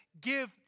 Give